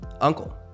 uncle